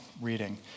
reading